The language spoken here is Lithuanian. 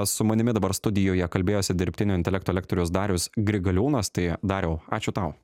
su manimi dabar studijoje kalbėjosi dirbtinio intelekto lektorius darius grigaliūnas tai dariau ačiū tau